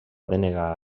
denegar